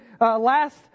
last